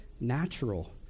natural